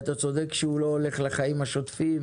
ואתה צודק שהוא לא הולך לחיים השותפים,